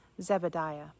Zebediah